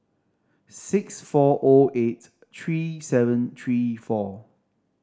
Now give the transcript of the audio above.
six four O eight three seven three four